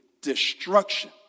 destruction